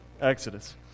Exodus